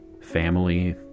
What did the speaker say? family